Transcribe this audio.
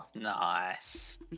Nice